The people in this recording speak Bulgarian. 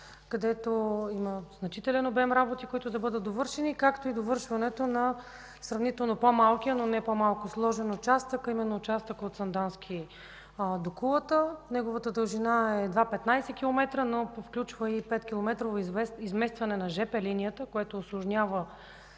където има значителен обем работи, които да бъдат довършени, както и довършването на сравнително по-малкия, но не по-малко сложен участък, а именно участъка от Сандански до Кулата. Неговата дължина е едва 15 км, но включва и 5-километрово изместване на жп линията, което усложнява